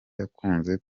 yakunze